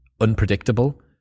unpredictable